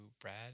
brad